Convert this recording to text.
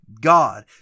God